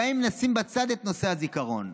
גם אם נשים בצד את נושא הזיכרון,